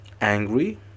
angry